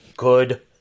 good